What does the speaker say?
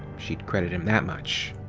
she'd credit him that much.